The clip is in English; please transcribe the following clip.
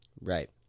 Right